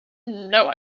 know